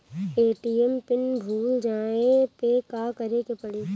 ATM PIN भूल जाए पे का करे के पड़ी?